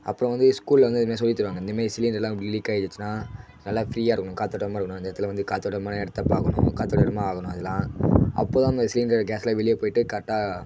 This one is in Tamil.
அப்புறம் வந்து ஸ்கூலில் வந்து இந்தமாரி சொல்லித்தருவங்க இந்தமாரி சிலண்டர்லாம் லீக்காக ஆகிடுச்சின்னா நல்லா ஃப்ரீயாக இருக்கணும் காற்றோட்டமா இருக்கணும் அந்த இடத்துல வந்து காற்றோட்டமான இடத்த பார்க்கணும் காற்றோட்ட இடமா ஆகணும் அதெலாம் அப்போ அந்த சிலிண்டர் கேஸ்லாம் வெளியே போயிட்டு கரெட்டாக